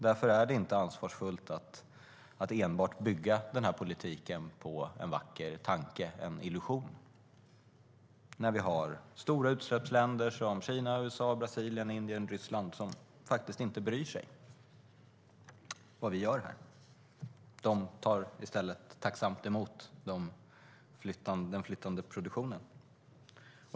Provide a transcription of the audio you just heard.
Därför är det inte ansvarsfullt att bygga denna politik enbart på en vacker tanke, en illusion, när det finns stora utsläppsländer som Kina, USA, Brasilien, Indien och Ryssland som faktiskt inte bryr sig om vad vi gör här. De tar i stället tacksamt emot den flyttade produktionen.